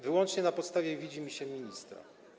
Wyłącznie na podstawie widzimisię ministra.